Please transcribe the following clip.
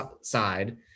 side